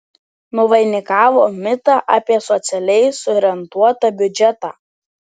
nuvainikavo mitą apie socialiai suorientuotą biudžetą